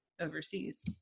overseas